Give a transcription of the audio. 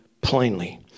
plainly